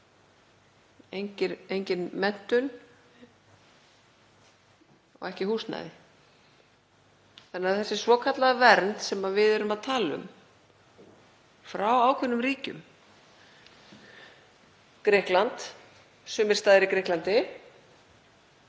engin menntun og ekki húsnæði. Þannig að þessi svokallaða vernd sem við erum að tala um frá ákveðnum ríkjum, Grikklandi, á sumum stöðum í Grikklandi,